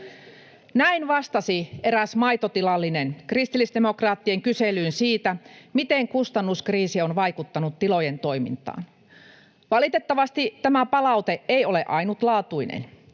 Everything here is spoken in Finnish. Näin vastasi eräs maitotilallinen kristillisdemokraattien kyselyyn siitä, miten kustannuskriisi on vaikuttanut tilojen toimintaan. Valitettavasti tämä palaute ei ole ainutlaatuinen.